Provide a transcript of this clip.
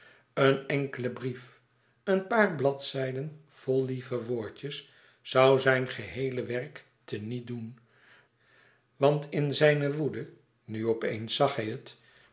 een enkele brief een paar bladzijden vol lieve woordjes zoû zijn geheele werk te niet doen want in zijne woede nu op eens zag hij het